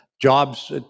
jobs